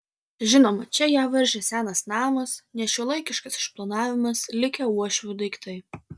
žinoma čia ją varžė senas namas nešiuolaikiškas išplanavimas likę uošvių daiktai